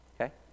okay